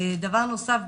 דבר נוסף,